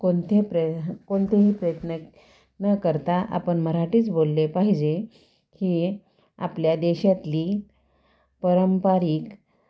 कोणते प्रय कोणतेही प्रयत्न न करता आपण मराठीच बोलले पाहिजे ही आपल्या देशातली पारंपरिक